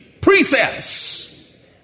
Precepts